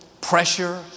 pressure